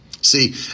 See